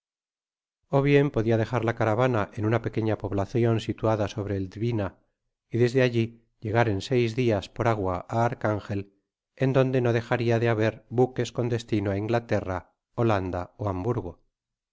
ó bien podia dejar la caravana en una pequeña poblacion situada sobre el dwina y desde alli llegar en seis dias por agua á archangel en donde no d j ar i a de haber bhques con destino á inglaterra holanda ó amburgo